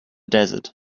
desert